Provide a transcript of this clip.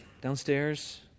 downstairs